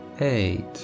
Eight